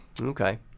Okay